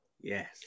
Yes